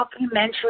documentary